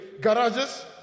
garages